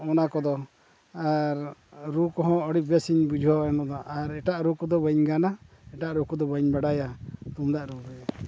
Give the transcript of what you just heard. ᱚᱱᱟ ᱠᱚᱫᱚ ᱟᱨ ᱨᱩ ᱠᱚᱦᱚᱸ ᱟᱹᱰᱤ ᱵᱮᱥᱤᱧ ᱵᱩᱡᱷᱟᱹᱣᱟ ᱟᱨ ᱮᱴᱟᱜ ᱨᱩ ᱠᱚᱫᱚ ᱵᱟᱹᱧ ᱜᱟᱱᱟ ᱮᱴᱟᱜ ᱨᱩ ᱠᱚᱫᱚ ᱵᱟᱹᱧ ᱵᱟᱰᱟᱭᱟ ᱛᱩᱢᱫᱟᱜ ᱨᱩᱜᱮ